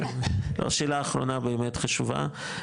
רביעית, שאלה אחרונה, באמת חשובה.